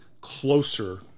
closer